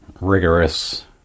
rigorous